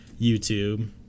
YouTube